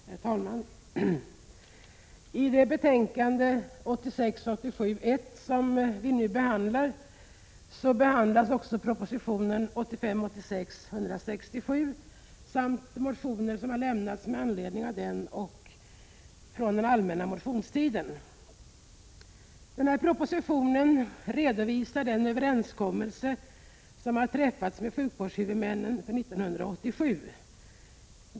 Herr talman! I socialförsäkringsutskottets betänkande 1986 86:167 samt motioner som har väckts såväl med anledning av propositionen som under den allmänna motionstiden. Propositionen redovisar den överenskommelse som har träffats med sjukvårdshuvudmännen för 1987.